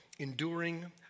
Enduring